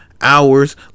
hours